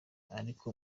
ariko